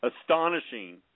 Astonishing